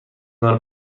کنار